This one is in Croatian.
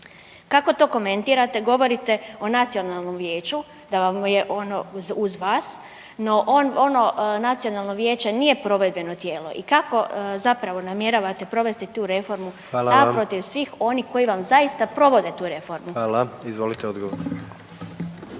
Kako to komentirate? Govorite o Nacionalnom vijeću da vam je ono uz vas, no ono Nacionalno vijeće nije provedbeno tijelo i kako zapravo namjeravate provesti tu reformu sam .../Upadica: Hvala vam./... protiv svih onih koji vam zaista provode tu reformu? **Jandroković, Gordan